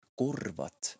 korvat